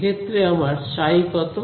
এক্ষেত্রে আমার সাই কত